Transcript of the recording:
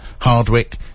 Hardwick